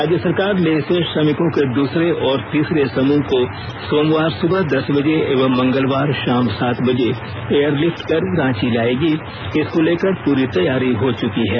राज्य सरकार लेह से श्रमिकों के दूसरे और तीसरे समूह को सोमवार सुबह दस बजे एवं मंगलवार शाम सात बजे एयरलिफ्ट कर रांची लायेगी इसको लेकर पूरी तैयारी हो चुकी है